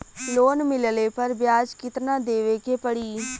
Loan मिलले पर ब्याज कितनादेवे के पड़ी?